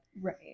Right